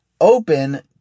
open